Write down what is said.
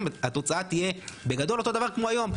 התוצאה תהיה בגדול אותו דבר כמו היום,